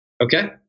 Okay